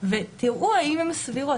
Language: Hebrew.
ותראו אם הן סבירות.